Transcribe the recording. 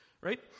right